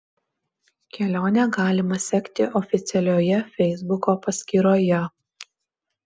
kelionę galima sekti oficialioje feisbuko paskyroje